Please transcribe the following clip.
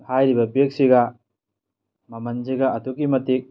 ꯍꯥꯏꯔꯤꯕ ꯕꯦꯛꯁꯤꯒ ꯃꯃꯜꯁꯤꯒ ꯑꯗꯨꯛꯀꯤ ꯃꯇꯤꯛ